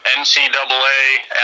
ncaa